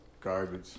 Garbage